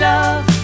Love